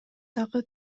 дагы